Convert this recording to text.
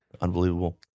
Unbelievable